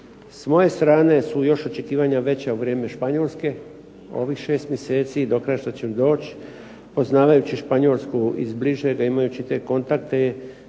S moje strane su još očekivanja veća u vrijeme Španjolske. Ovih 6 mjeseci do kraja što će doći, poznavajući Španjolsku iz bližega, imajući te kontakte